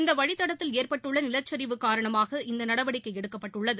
இந்த வழித்தடத்தில் ஏற்பட்டுள்ள நிலச்சிவு காரணமாக இந்த ்நடவடிக்கை எடுக்க்ப்பட்டுள்ளது